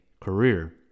career